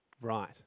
Right